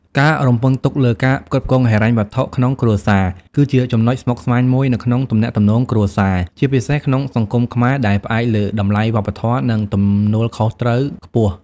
ការរំពឹងទុកលើការផ្គត់ផ្គង់ហិរញ្ញវត្ថុក្នុងគ្រួសារ គឺជាចំណុចស្មុគស្មាញមួយនៅក្នុងទំនាក់ទំនងគ្រួសារ ជាពិសេសក្នុងសង្គមខ្មែរ ដែលផ្អែកលើតម្លៃវប្បធម៌ និងទំនួលខុសត្រូវខ្ពស់។